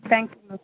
thank you ma'am